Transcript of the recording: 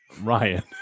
Ryan